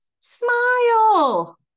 smile